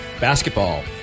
Basketball